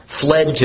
fled